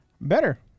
Better